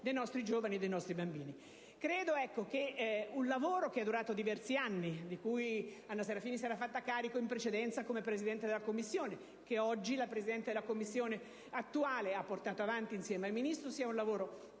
dei nostri giovani e dei nostri bambini. Credo che un lavoro che è durato diversi anni, di cui la senatrice Anna Maria Serafini si era fatta carico in precedenza come Presidente della Commissione, che oggi la Presidente della Commissione attuale ha portato avanti insieme al Ministro, sia un lavoro